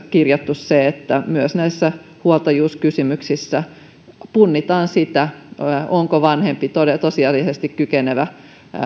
kirjattu se että myös näissä huoltajuuskysymyksissä punnitaan sitä onko vanhempi tosiasiallisesti kykenevä